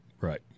Right